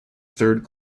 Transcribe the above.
third